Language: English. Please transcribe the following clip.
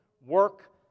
work